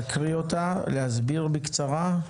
להסביר בקצרה,